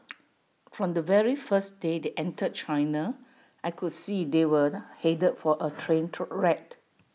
from the very first day they entered China I could see they were headed for A train wreck